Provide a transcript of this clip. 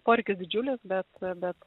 poreikis didžiulis bet bet